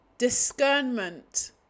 discernment